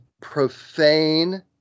profane